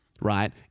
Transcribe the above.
right